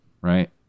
right